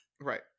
Right